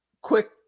quick